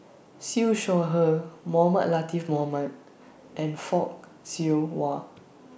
Siew Shaw Her Mohamed Latiff Mohamed and Fock Siew Wah